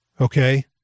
Okay